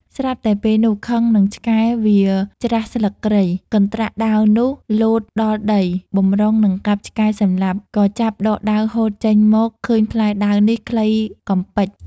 ស្រាប់តែពេលនោះខឹងនឹងឆ្កែវាច្រាសស្លឹកគ្រៃ កន្ដ្រាក់ដាវនោះលោតដល់ដីបំរុងនឹង កាប់ឆ្កែសំលាប់ ក៏ចាប់ដកដាវហូតចេញមកឃើញផ្លែដាវនេះខ្លីកំប៉ិច។